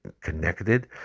connected